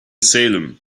salem